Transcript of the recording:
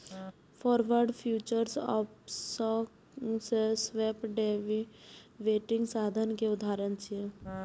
forward, futures, options आ swap derivative साधन के उदाहरण छियै